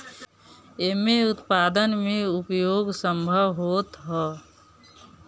एमे उत्पादन में उपयोग संभव होत हअ